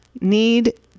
need